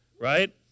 right